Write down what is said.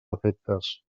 efectes